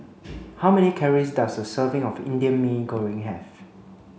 how many calories does a serving of Indian Mee Goreng have